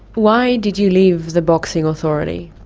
why did you leave the boxing authority?